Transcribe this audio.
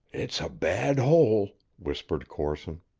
it's a bad hole, whispered corson.